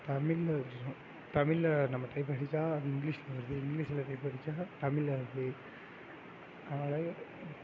தமிழ்லையும் தமிழ்ல நம்ம டைப் அடித்தா அது இங்கிலிஷில் வருது இங்கிலிஷில் டைப் அடித்தா தமிழ்ல வருது அவ்வளவு